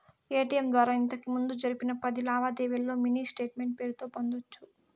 ATM ద్వారా ఇంతకిముందు జరిపిన పది లావాదేవీల్లో మినీ స్టేట్మెంటు పేరుతో పొందొచ్చు